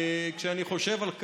כשאני חושב על כך,